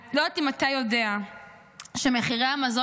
אני לא יודעת אם אתה יודע שמחירי המזון